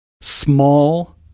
Small